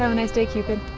um nice day, cupid.